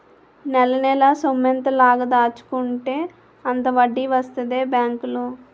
నెలనెలా సొమ్మెంత లాగ దాచుకుంటే అంత వడ్డీ వస్తదే బేంకులో